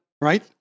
right